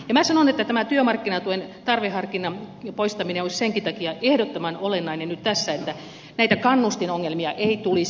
minä sanon että tämä työmarkkinatuen tarveharkinnan poistaminen olisi senkin takia ehdottoman olennainen nyt tässä että näitä kannustinongelmia ei tulisi